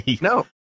No